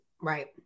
Right